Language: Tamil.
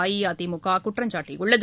அஇஅதிமுக குற்றம் சாட்டியுள்ளது